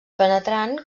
penetrant